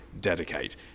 dedicate